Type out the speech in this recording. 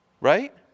right